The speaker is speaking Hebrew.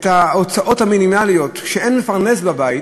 את ההוצאות המינימליות כשאין מפרנס בבית,